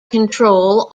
control